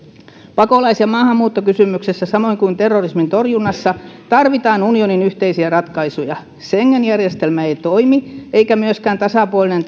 pakolais ja maahanmuuttokysymyksessä samoin kuin terrorismin torjunnassa tarvitaan unionin yhteisiä ratkaisuja schengen järjestelmä ei toimi eikä myöskään tasapuolinen